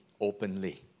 openly